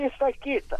visa kita